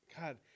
God –